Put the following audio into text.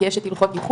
כי יש את הלכות ייחוד,